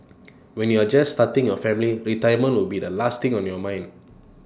when you are just starting your family retirement will be the last thing on your mind